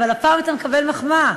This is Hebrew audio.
אבל הפעם אתה מקבל מחמאה.